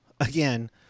again